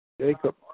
Jacob